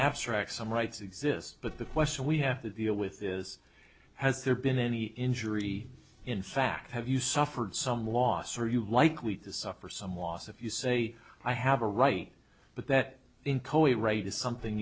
abstract some rights exist but the question we have to deal with is has there been any injury in fact have you suffered some loss or are you likely to suffer some loss if you say i have a right but that in coed right is something